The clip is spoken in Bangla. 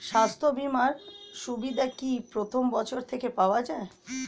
স্বাস্থ্য বীমার সুবিধা কি প্রথম বছর থেকে পাওয়া যায়?